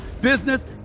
business